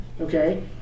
Okay